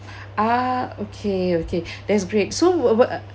ah okay okay that's great so what